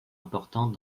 importantes